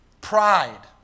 Pride